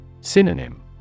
Synonym